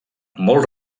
molt